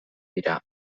dira